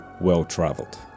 well-travelled